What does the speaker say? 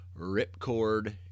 Ripcord